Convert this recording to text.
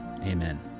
Amen